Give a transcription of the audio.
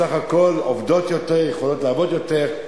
בסך הכול, עובדות יותר, יכולות לעבוד יותר.